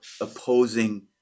opposing